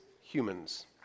humans